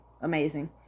Amazing